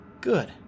Good